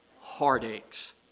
heartaches